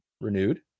renewed